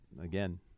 Again